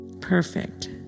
Perfect